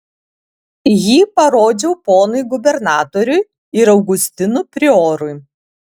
jį parodžiau ponui gubernatoriui ir augustinų priorui